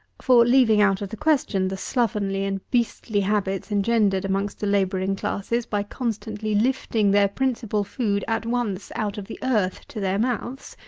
for leaving out of the question the slovenly and beastly habits engendered amongst the labouring classes by constantly lifting their principal food at once out of the earth to their mouths,